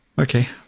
okay